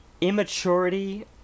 immaturity